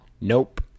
nope